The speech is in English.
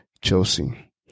Chelsea